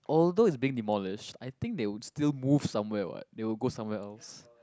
although is being demolished I think they would still move somewhere what they will go somewhere else